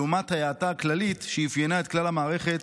לעומת ההאטה הכללית שאפיינה את כלל המערכת